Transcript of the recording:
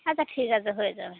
আচ্ছা ঠিক আসে হয়ে যাবে